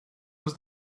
was